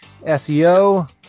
SEO